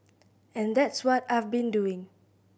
and that's what I've been doing